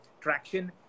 traction